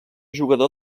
jugador